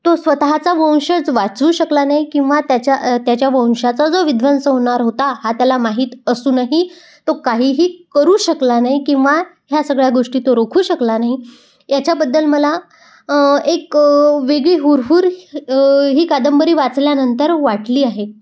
तो स्वतःचा वंशच वाचू शकला नाही किंवा त्याच्या त्याच्या वंशाचा जो विद्वंस होणार होता हा त्याला माहीत असून ही तो काहीही करू शकला नाही किंवा ह्या सगळ्या गोष्टी तो रोखू शकला नाही याच्याबद्दल मला एक वेगळी हुरहूर ही कादंबरी वाचल्यानंतर वाटली आहे